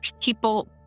People